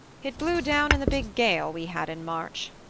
it blew down in the big gale we had in march.